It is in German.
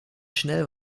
schnell